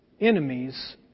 enemies